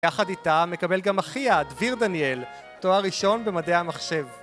יחד איתה מקבל גם אחיה, דביר דניאל, תואר ראשון במדעי המחשב.